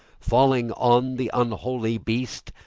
falling on the unholy beast,